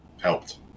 helped